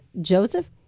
Joseph